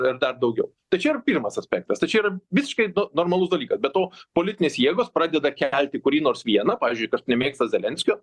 ir dar daugiau tai čia yra pirmas aspektas tai čia yra visiškai normalus dalykas be to politinės jėgos pradeda kelti kurį nors vieną pavyzdžiui kas nemėgsta zelenskio